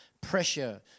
pressure